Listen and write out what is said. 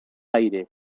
aire